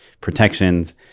protections